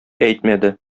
әйтмәде